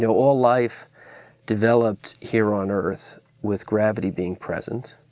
you know all life developed here on earth with gravity being present,